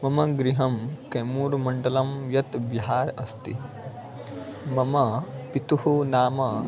मम गृहं केमूड् मण्डलं यत् बिहार् अस्ति मम पितुः नाम